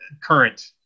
current